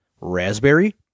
raspberry